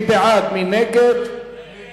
הצעת סיעת מרצ שלא להחיל